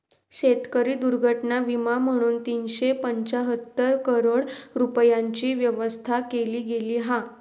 शेतकरी दुर्घटना विमा म्हणून तीनशे पंचाहत्तर करोड रूपयांची व्यवस्था केली गेली हा